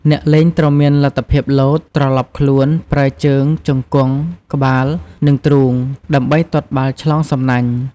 អ្នកលេងត្រូវមានលទ្ធភាពលោត ត្រឡប់ខ្លួន ប្រើជើង ជង្គង់ ក្បាល និងទ្រូងដើម្បីទាត់បាល់ឆ្លងសំណាញ់។